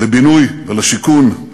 לבינוי ולשיכון,